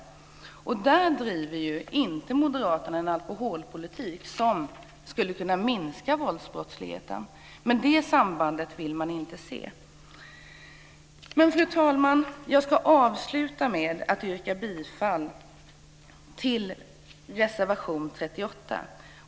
Moderaterna driver ju inte en alkoholpolitik som skulle kunna minska våldsbrottsligheten, men det sambandet vill man inte se. Fru talman! Jag ska avsluta med att yrka bifall till reservation 38.